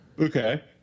Okay